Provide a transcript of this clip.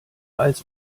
als